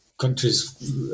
Countries